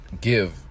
give